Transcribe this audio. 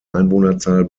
einwohnerzahl